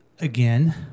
Again